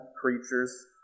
creatures